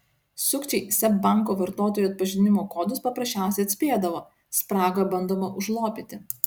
sukčiai seb banko vartotojų atpažinimo kodus paprasčiausiai atspėdavo spragą bandoma užlopyti